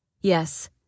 Yes